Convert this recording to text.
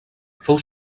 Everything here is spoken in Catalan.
fou